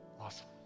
Awesome